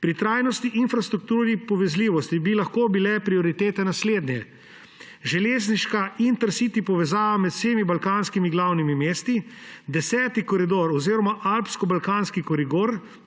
Pri trajnostni infrastrukturni povezljivosti bi lahko bile prioritete naslednje: železniška InterCity povezava med vsemi balkanskimi glavnimi mesti, koridor 10 oziroma Alpsko-zahodnobalkanski koridor,